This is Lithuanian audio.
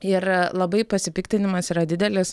ir labai pasipiktinimas yra didelis